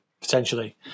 Potentially